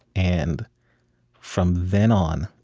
and from then on,